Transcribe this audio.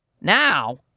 now